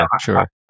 sure